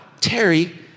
Terry